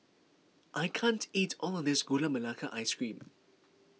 I can't eat all of this Gula Melaka Ice Cream